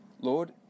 Lord